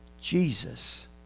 Jesus